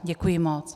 Děkuji moc.